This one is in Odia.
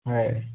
ହଏ